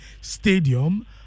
Stadium